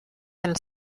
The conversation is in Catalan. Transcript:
del